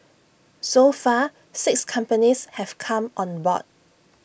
so far six companies have come on board